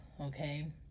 okay